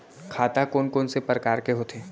खाता कोन कोन से परकार के होथे?